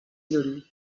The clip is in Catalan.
lluny